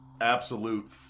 absolute